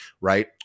right